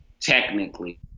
technically